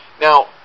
Now